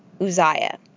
Uzziah